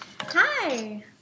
Hi